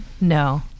No